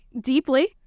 deeply